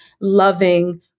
loving